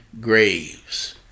graves